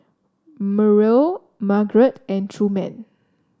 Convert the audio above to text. Myrle Margarett and Truman